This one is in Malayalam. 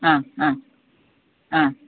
ആ ആ ആ